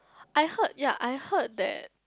I heard ya I heard that